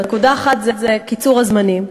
נקודה אחת היא קיצור הזמנים.